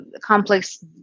complex